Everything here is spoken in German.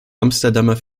amsterdamer